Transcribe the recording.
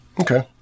Okay